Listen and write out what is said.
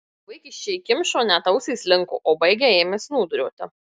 vaikiščiai kimšo net ausys linko o baigę ėmė snūduriuoti